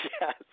yes